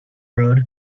road